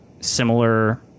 similar